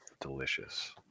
delicious